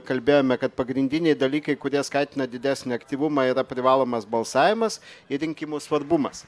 kalbėjome kad pagrindiniai dalykai kurie skatina didesnį aktyvumą yra privalomas balsavimas ir rinkimų svarbumas